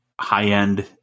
high-end